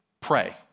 pray